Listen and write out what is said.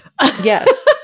Yes